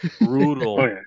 Brutal